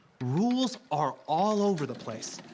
rules are all over the place.